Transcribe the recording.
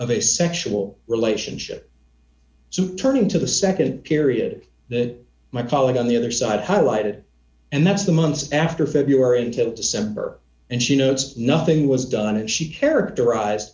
of a sexual relationship so turning to the nd period that my colleague on the other side highlighted and that's the months after february until december and she notes nothing was done and she characterize